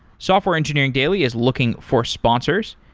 software engineering daily is looking for sponsors.